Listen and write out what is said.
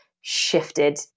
shifted